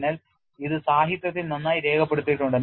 അതിനാൽ ഇത് സാഹിത്യത്തിൽ നന്നായി രേഖപ്പെടുത്തിയിട്ടുണ്ട്